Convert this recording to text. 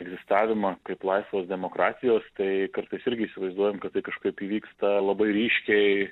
egzistavimą kaip laisvos demokratijos tai kartais irgi įsivaizduojam kad tai kažkaip įvyksta labai ryškiai